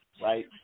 right